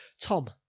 Tom